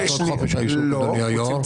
רק את חוק-יסוד חופש העיסוק, אדוני היושב-ראש.